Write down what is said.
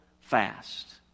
fast